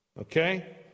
okay